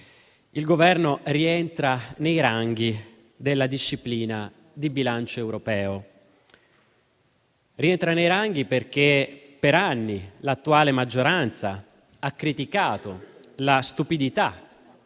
il Governo rientra nei ranghi della disciplina di bilancio europea. Rientra nei ranghi perché per anni l'attuale maggioranza ha criticato la stupidità